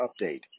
update